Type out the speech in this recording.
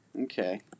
Okay